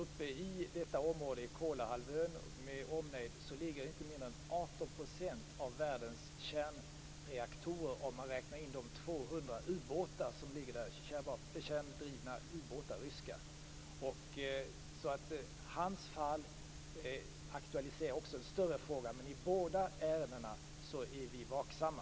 I området uppe vid Kolahalvön med omnejd ligger inte mindre än 18 % av världens kärnreaktorer, om man räknar in de 200 ryska kärndrivna ubåtar som ligger där. Nikitins fall aktualiserar alltså även en större fråga. I båda ärendena är vi vaksamma.